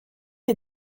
est